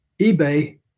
eBay